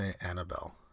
Annabelle